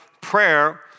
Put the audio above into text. Prayer